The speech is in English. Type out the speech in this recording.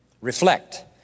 Reflect